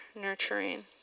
nurturing